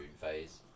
phase